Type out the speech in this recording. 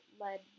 led